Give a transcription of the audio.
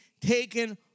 taken